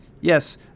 Yes